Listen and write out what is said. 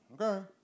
Okay